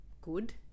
good